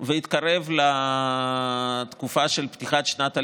והתקרב לתקופה של פתיחת שנת הלימודים.